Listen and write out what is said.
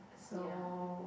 so